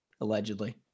allegedly